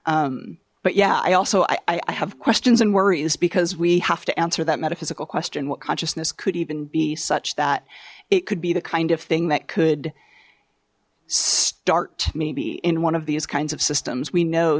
but yeah i also i i have questions and worries because we have to answer that metaphysical question what consciousness could even be such that it could be the kind of thing that could start maybe in one of these kinds of systems we know